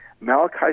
Malachi